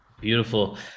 Beautiful